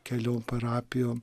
keliom parapijom